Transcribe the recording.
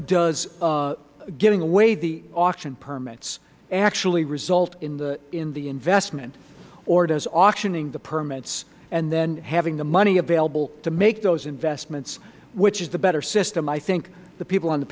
does giving away the auction permits actually result in the investment or does auctioning the permits and then having the money available to make those investments which is the better system i think the people on the